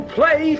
play